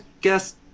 guess